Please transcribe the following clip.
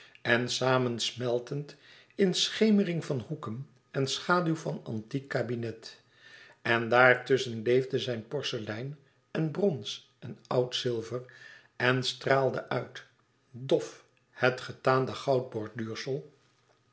en samensmeltend in schemering van hoeken en schaduw van antiek kabinet en daar tusschen leefde zijn porcelein en brons en oud zilver en straalde uit dof het getaande